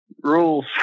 Rules